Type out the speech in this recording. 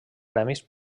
premis